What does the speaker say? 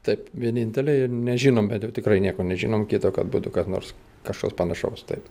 taip vienintelė ir nežinom bent jau tikrai nieko nežinom kito kad būtų kas nors kažkoks panašaus taip